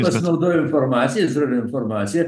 pasinaudojo informacija izraelio informacija